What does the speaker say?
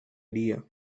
idea